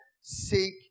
seek